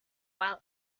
while